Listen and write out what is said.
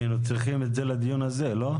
היינו צריכים את זה לדיון הזה, לא?